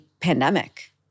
pandemic